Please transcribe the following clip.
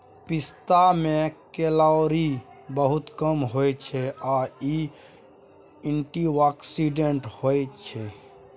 पिस्ता मे केलौरी बहुत कम होइ छै आ इ एंटीआक्सीडेंट्स होइ छै